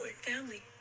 Family